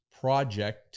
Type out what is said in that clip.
project